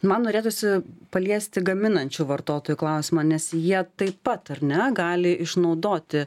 man norėtųsi paliesti gaminančių vartotojų klausimą nes jie taip pat ar ne gali išnaudoti